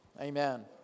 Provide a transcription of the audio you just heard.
Amen